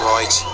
Right